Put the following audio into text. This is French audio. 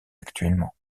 actuellement